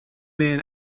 men